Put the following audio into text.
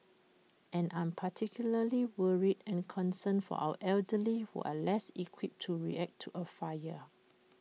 and I'm particularly worried and concerned for our elderly who are less equipped to react to A fire